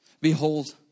Behold